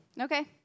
Okay